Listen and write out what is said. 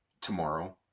tomorrow